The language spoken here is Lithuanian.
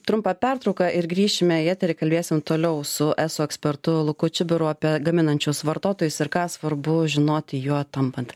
trumpą pertrauką ir grįšime į eterį kalbėsim toliau su eso ekspertu luku čibiru apie gaminančius vartotojus ir ką svarbu žinoti juo tampant